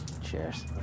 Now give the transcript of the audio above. Cheers